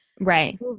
Right